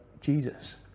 Jesus